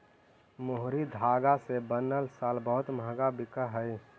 मोहरी धागा से बनल शॉल बहुत मँहगा बिकऽ हई